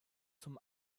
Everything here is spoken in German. zum